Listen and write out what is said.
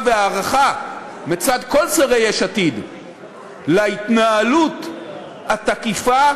והערכה מצד כל שרי יש עתיד להתנהלות התקיפה,